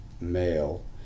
male